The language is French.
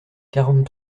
quarante